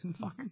Fuck